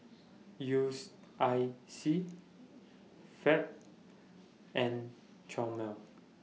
U I C Fab and Chomel